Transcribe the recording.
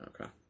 Okay